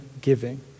giving